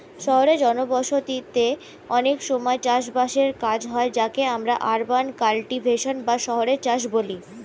শহুরে জনবসতিতে অনেক সময় চাষ বাসের কাজ হয় যাকে আমরা আরবান কাল্টিভেশন বা শহুরে চাষ বলি